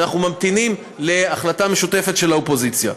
ואנחנו ממתינים להחלטה משותפת של האופוזיציה.